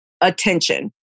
attention